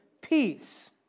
Peace